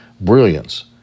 brilliance